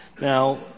Now